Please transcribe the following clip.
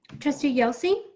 trustee yelsey.